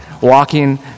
walking